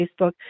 Facebook